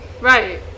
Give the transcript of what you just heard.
right